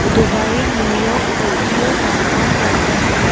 Dubai New York Tokyo Hong Kong London